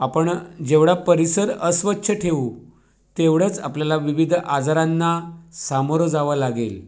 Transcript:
आपण जेवढा परिसर अस्वच्छ ठेवू तेवढंच आपल्याला विविध आजारांना सामोरं जावं लागेल